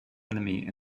enemy